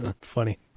Funny